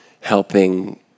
helping